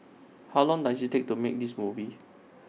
how long dose IT take to make this movie